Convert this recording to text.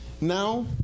Now